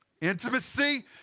Intimacy